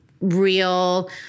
real